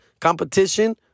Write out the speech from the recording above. competition